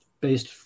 based